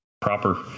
proper